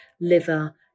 liver